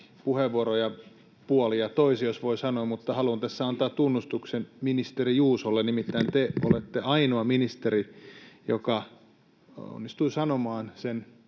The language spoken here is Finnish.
puheenvuoroja puolin ja toisin, jos voi sanoa. Mutta haluan tässä antaa tunnustuksen ministeri Juusolle. Nimittäin te olette ainoa ministeri, joka onnistui sanomaan sen